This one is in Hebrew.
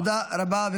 תודה רבה.